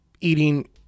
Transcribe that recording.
eating